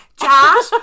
Josh